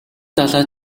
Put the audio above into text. далай